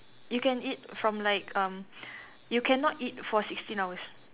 you can eat from like um you cannot eat for sixteen hours